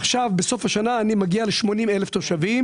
בסוף השנה אני מגיע ל-80 אלף תושבים.